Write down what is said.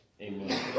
amen